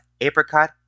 apricot